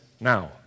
now